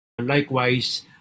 likewise